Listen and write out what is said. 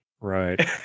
Right